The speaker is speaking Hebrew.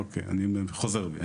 אוקיי, אני חוזר בי.